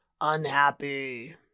unhappy